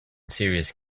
serious